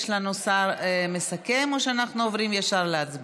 יש לנו שר מסכם או שאנחנו עוברים ישר להצבעה?